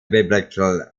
biblical